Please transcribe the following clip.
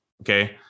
Okay